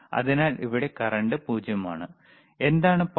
അതിനാൽ ഇവിടെ കറന്റ് 0 ആണ് എന്താണ് പവർ